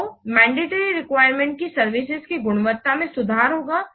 तो mandatory requirement की services की गुणवत्ता में सुधार होगा